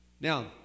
Now